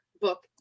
book